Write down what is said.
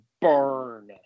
burn